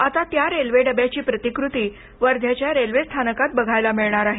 आता त्या रेल्वेडब्याची प्रतिकृती वर्ध्याच्या रेल्वेस्थानकात बघायला मिळणार आहे